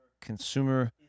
consumer